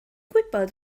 gwybod